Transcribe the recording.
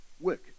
work